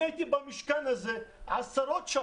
אני הייתי במשכן הזה עשרות שעות.